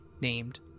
named